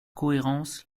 cohérence